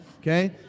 okay